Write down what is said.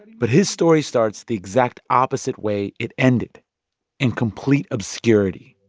but his story starts the exact opposite way it ended in complete obscurity.